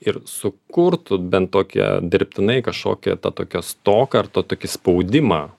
ir sukurtų bent tokią dirbtinai kažkokią tą tokią stoką ar tą tokį spaudimą